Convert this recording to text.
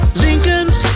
lincolns